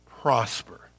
prosper